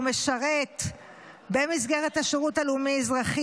והוא משרת במסגרת השירות הלאומי-אזרחי